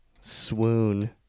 swoon